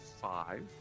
five